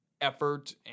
effort